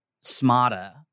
smarter